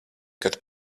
kad